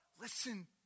listen